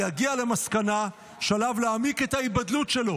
יגיע למסקנה שעליו להעמיק את ההיבדלות שלו